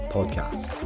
Podcast